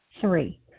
Three